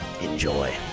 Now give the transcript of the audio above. Enjoy